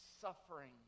suffering